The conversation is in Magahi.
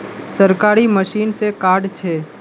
सरकारी मशीन से कार्ड छै?